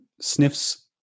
sniffs